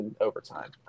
overtime